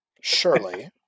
surely